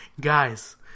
Guys